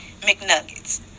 mcnuggets